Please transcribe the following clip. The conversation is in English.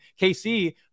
KC